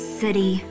city